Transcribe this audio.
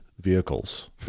vehicles